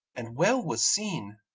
and well was seen!